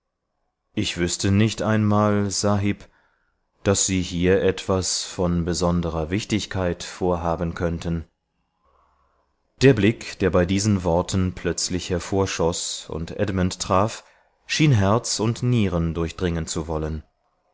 ich wüßte nicht einmal sahib daß sie hier etwas von besonderer wichtigkeit vorhaben könnten der blick der bei diesen worten plötzlich hervorschoß und edmund traf schien herz und nieren durchdringen zu wollen